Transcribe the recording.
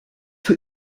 für